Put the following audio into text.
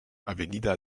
avenida